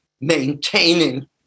maintaining